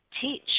teach